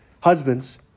Husbands